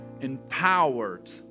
empowered